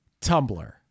Tumblr